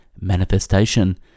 manifestation